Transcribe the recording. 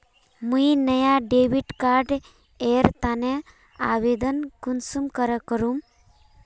मुई नया debit card एर तने आवेदन कुंसम करे करूम?